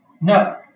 No